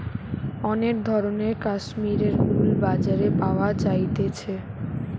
অনেক ধরণের কাশ্মীরের উল বাজারে পাওয়া যাইতেছে